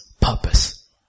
purpose